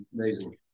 amazing